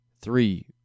three